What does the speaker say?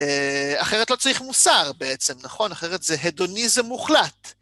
אחרת לא צריך מוסר בעצם, נכון? אחרת זה הדוניזם מוחלט.